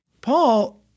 Paul